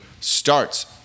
starts